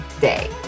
day